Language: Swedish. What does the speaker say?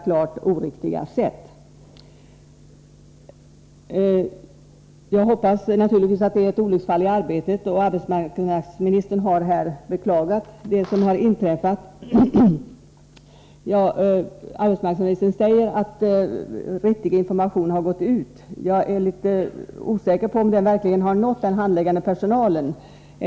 Jag hoppas att det är ett olycksfall i arbetet. Arbetsmarknadsministern har beklagat det som har inträffat och säger att riktig information har gått ut. Jag är lite osäker på om den informationen verkligen har nått den handläggande personalen.